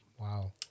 Wow